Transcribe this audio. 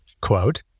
quote